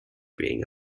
being